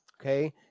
Okay